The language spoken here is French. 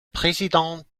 président